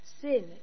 Sin